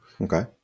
Okay